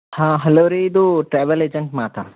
ಹಾಂ ಹಲೋ ರೀ ಇದು ಟ್ರಾವೆಲ್ ಏಜೆಂಟ್ ಮಾತಾಡ್ತ